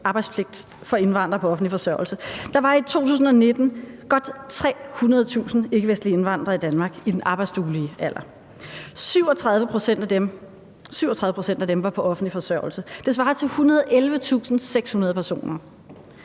arbejdspligt for indvandrere på offentlig forsørgelse. Der var i 2019 godt 300.000 ikkevestlige indvandrere i Danmark i den arbejdsduelige alder. 37 pct. af dem – 37 pct. af dem – var på offentlig forsørgelse. Det svarer til 111.600 personer.